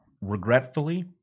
regretfully